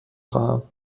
خواهم